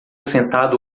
sentado